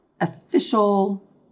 official